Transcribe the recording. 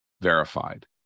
verified